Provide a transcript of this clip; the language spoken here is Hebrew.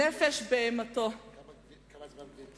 נפש בהמתו, כמה זמן גברתי עוד צריכה?